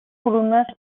columnes